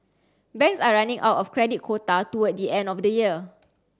banks are running out of credit quota toward the end of the year